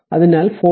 അതിനാൽ 42